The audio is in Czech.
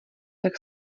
tak